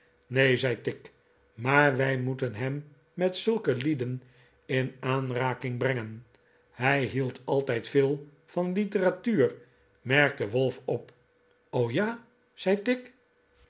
neen zei tigg maar wij moeten hem met zulke lieden in aanraking brengen hij meld altijd veel van literatuur merkte wolf op ja zei tigg